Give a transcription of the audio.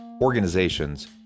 organizations